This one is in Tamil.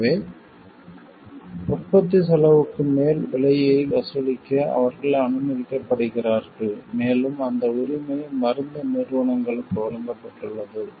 எனவே உற்பத்திச் செலவுக்கு மேல் விலையை வசூலிக்க அவர்கள் அனுமதிக்கப்படுகிறார்கள் மேலும் அந்த உரிமை மருந்து நிறுவனங்களுக்கு வழங்கப்பட்டுள்ளது